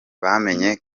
bamenye